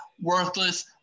worthless